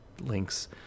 links